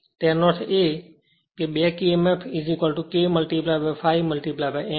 તેનો અર્થ એ કે Eb back emf K ∅ n